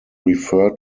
referred